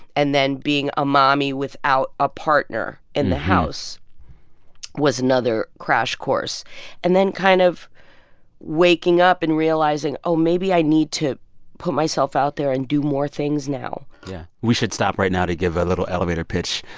and then being a mommy without a partner in the house was another crash course and then kind of waking up and realizing, oh, maybe i need to put myself out there and do more things now yeah. we should stop right now to give a little elevator pitch.